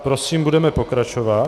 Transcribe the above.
Prosím, budeme pokračovat.